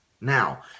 Now